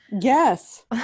Yes